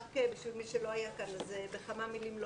למי שלא היה כאן, אני אומר בכמה מילים.